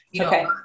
Okay